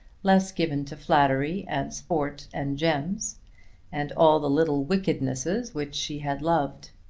less given to flattery and sport and gems and all the little wickednesses which she had loved.